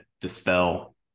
dispel